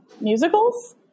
musicals